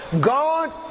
God